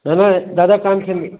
न न दादा तव्हांखे न